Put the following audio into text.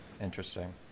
Interesting